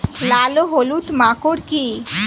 লাল ও হলুদ মাকর কী?